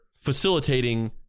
facilitating